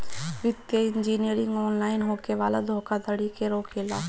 वित्तीय engineering online होखे वाला धोखाधड़ी के रोकेला